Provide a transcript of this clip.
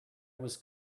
was